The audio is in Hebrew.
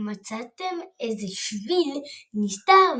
ומצאתם איזה שביל נסתר,